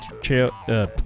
chair